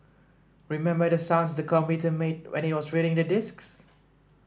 remember the sounds the computer made when it was reading the disks